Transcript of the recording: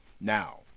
Now